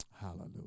Hallelujah